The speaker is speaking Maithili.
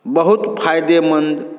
बहुत फाइदेमन्द